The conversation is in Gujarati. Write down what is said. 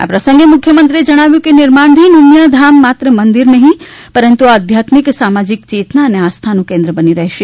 આ પ્રસંગે મુખ્યમંત્રીએ જણાવ્યું કે નિર્માણધીન ઉમિયાધામ માત્ર મંદિર જ નહીં આધ્યાત્મિક સામાજિક ચેતના અને આસ્થાનું કેન્દ્ર બનશે